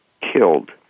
killed